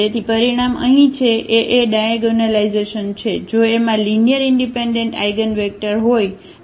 તેથી પરિણામ અહીં છે એ એ ડાયાગોનલાઇઝેશન છે જો એમાં લીનીઅરઇનડિપેન્ડન્ટ આઇગનવેક્ટર હોય